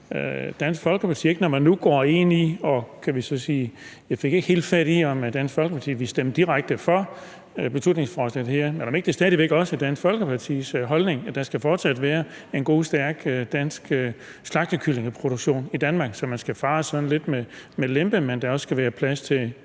Dansk Folkeparti spørge, når man nu går ind i det her – jeg fik ikke helt fat i, om Dansk Folkeparti direkte ville stemme for beslutningsforslaget her – om det ikke også stadig væk er Dansk Folkepartis holdning, at der fortsat skal være en god, stærk slagtekyllingeproduktion i Danmark. Så man skal fare sådan lidt med lempe, men der skal også være plads til